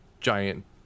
giant